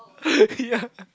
yeah